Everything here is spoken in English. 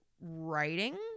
writing